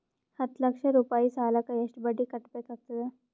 ಹತ್ತ ಲಕ್ಷ ರೂಪಾಯಿ ಸಾಲಕ್ಕ ಎಷ್ಟ ಬಡ್ಡಿ ಕಟ್ಟಬೇಕಾಗತದ?